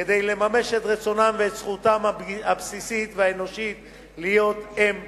כדי לממש את רצונן ואת זכותן הבסיסית והאנושית להיות אם לילד.